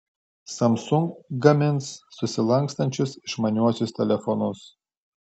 samsung gamins susilankstančius išmaniuosius telefonus